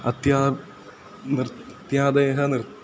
अति नृत्यादयः नृत्तं